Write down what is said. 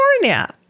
California